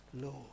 Lord